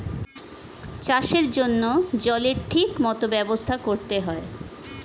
চাষের জন্য জলের ঠিক মত ব্যবস্থা করতে হয়